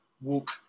walk